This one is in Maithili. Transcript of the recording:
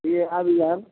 किएक आबिअनि